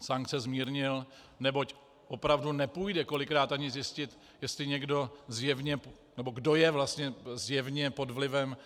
sankce zmírnil, neboť opravdu nepůjde kolikrát ani zjistit, jestli někdo zjevně, nebo kdo je vlastně zjevně pod vlivem